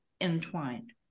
entwined